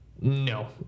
No